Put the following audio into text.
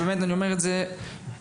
אני אומר את זה לשבח,